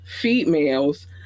females